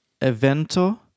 evento